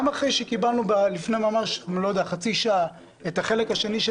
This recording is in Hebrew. גם אחרי שקיבלנו לפני איזה חצי שעה את החלק השני של